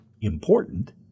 important